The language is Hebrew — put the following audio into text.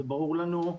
זה ברור לנו,